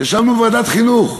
ישבנו בוועדת חינוך,